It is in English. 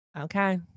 Okay